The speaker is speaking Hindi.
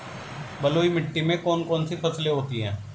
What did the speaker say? बलुई मिट्टी में कौन कौन सी फसलें होती हैं?